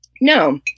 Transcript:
No